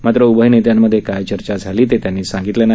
मात्र उभय नेत्यांमधे काय चर्चा झाली ते त्यांनी सांगितलं नाही